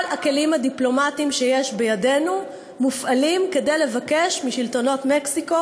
כל הכלים הדיפלומטיים שיש בידינו מופעלים כדי לבקש משלטונות מקסיקו